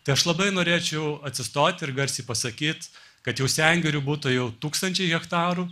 tai aš labai norėčiau atsistot ir garsiai pasakyt kad jau sengirių būtų jau tūkstančiai hektarų